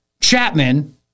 Chapman